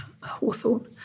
hawthorn